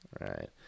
Right